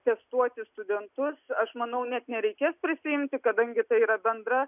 testuoti studentus aš manau net nereikės prisiimti kadangi tai yra bendra